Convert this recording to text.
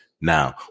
now